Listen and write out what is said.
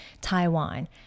Taiwan